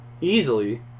Easily